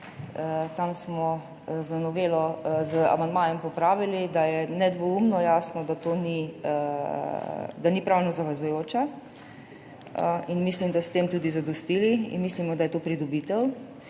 Tam smo z amandmajem popravili, da je nedvoumno jasno, da ni pravno zavezujoča, in mislim, da s tem tudi zadostili, in mislimo, da je to pridobitev.